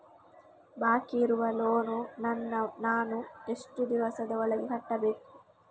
ಬಾಕಿ ಇರುವ ಲೋನ್ ನನ್ನ ನಾನು ಎಷ್ಟು ದಿವಸದ ಒಳಗೆ ಕಟ್ಟಬೇಕು?